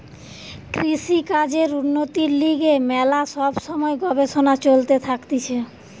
কৃষিকাজের উন্নতির লিগে ম্যালা সব সময় গবেষণা চলতে থাকতিছে